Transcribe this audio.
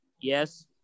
Yes